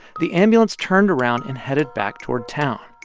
the ambulance turned around and headed back toward town.